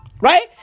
Right